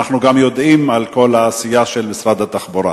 אנחנו גם יודעים על כל העשייה של משרד התחבורה.